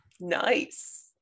nice